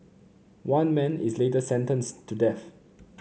one man is later sentenced to death